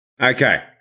Okay